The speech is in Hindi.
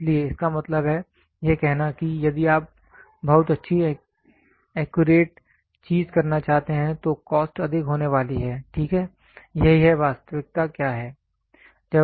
इसलिए इसका मतलब है यह कहना कि यदि आप बहुत अच्छी एक्यूरेट चीज करना चाहते हैं तो कॉस्ट अधिक होने वाली है ठीक है यही है वास्तविकता क्या है